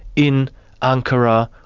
in ankara,